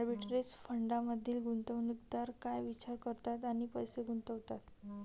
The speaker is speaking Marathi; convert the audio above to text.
आर्बिटरेज फंडांमधील गुंतवणूकदार काय विचार करतात आणि पैसे गुंतवतात?